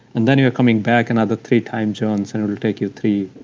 and then you're coming back another three time zones and it will take you three